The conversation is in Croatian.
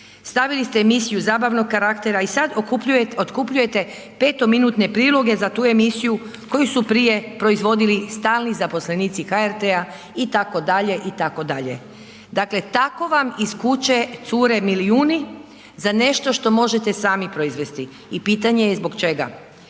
stavili ste emisiju zabavnog karaktera i sad otkupljujete petominutne priloge za tu emisiju koju su prije proizvodili stalni zaposlenici HRT-a itd. itd., dakle tako vam iz kuće cure milijuni za nešto što možete sami proizvesti i pitanje je zbog čega.